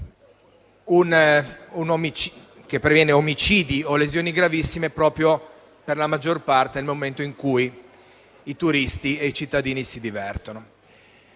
che previene omicidi o lesioni gravissime che per la maggior parte avvengono nel momento in cui i turisti e i cittadini si divertono.